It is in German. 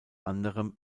anderem